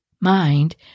mind